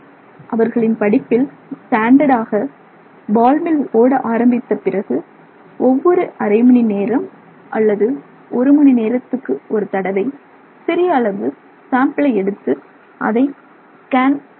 அவர்களின் படிப்பில் ஸ்டாண்டர்ட் ஆக பால் மில் ஓட ஆரம்பித்த பிறகு ஒவ்வொரு அரை மணி நேரம் அல்லது ஒரு மணி நேரத்துக்கு ஒரு தடவை சிறிய அளவு சாம்பிளை எடுத்து அதை ஸ்கேன் செய்கிறார்கள்